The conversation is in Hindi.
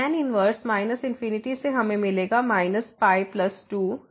तो टैन इनवरस इंफिनिटी से हमें मिलेगा पाई 2